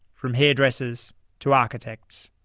from hairdressers to architects.